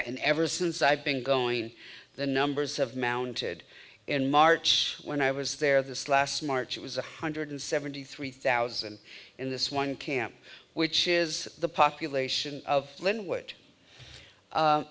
and ever since i've been going the numbers have mounted in march when i was there this last march it was a hundred seventy three thousand in this one camp which is the population of linwood